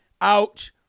out